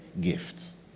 gifts